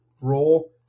role